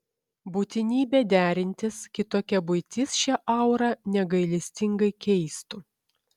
būtinybė derintis kitokia buitis šią aurą negailestingai keistų